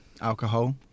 alcohol